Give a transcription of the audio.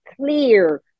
clear